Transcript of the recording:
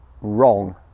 wrong